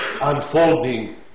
unfolding